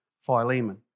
Philemon